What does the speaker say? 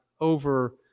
over